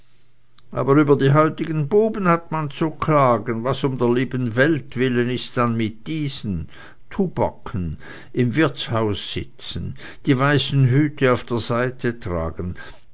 aber über die heutigen buben hat man zu klagen was um der lieben welt willen ist dann mit diesen tubaken im wirtshaus sitzen die weißen hüte auf der seite tragen